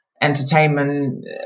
entertainment